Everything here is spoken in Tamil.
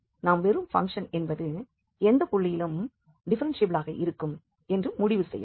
நாம் வெறும் பங்க்ஷன் என்பது எந்த புள்ளியிலும் டிஃப்ஃபெரென்ஷியபிளாக இருக்கும் என்று முடிவு செய்யலாம்